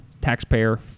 taxpayer